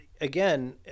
again